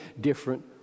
different